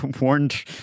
warned